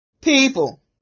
people